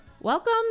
Welcome